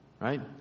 Right